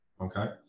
okay